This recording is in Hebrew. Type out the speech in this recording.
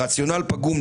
הרציונל פגום,